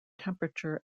temperature